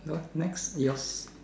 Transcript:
no next yours